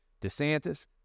DeSantis